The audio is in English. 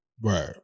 Right